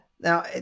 Now